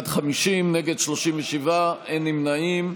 בעד, 50, נגד, 37, אין נמנעים.